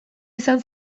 izan